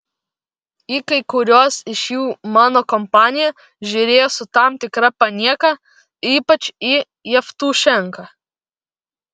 į kai kuriuos iš jų mano kompanija žiūrėjo su tam tikra panieka ypač į jevtušenką